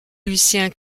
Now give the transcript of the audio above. lucien